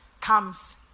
comes